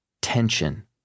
tension